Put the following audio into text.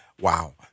Wow